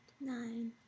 Nine